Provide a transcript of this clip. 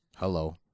Hello